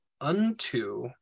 unto